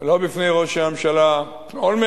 ולא בפני ראש הממשלה אולמרט,